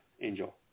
Angel